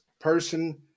person